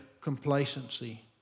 complacency